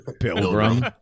pilgrim